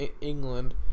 England